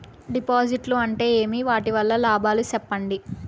డిపాజిట్లు అంటే ఏమి? వాటి వల్ల లాభాలు సెప్పండి?